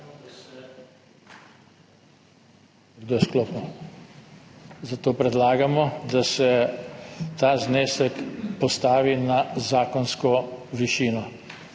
Zato predlagamo, da se ta znesek postavi na zakonsko višino.